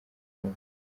undi